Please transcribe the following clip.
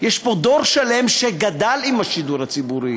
יש פה דור שלם שגדל עם השידור הציבורי,